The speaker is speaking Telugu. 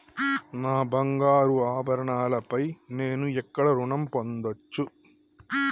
నా బంగారు ఆభరణాలపై నేను ఎక్కడ రుణం పొందచ్చు?